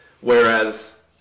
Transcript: Whereas